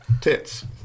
Tits